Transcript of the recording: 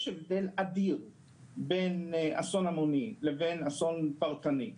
יש הבדל אדיר בין אסון המוני לבין אסון פרטני.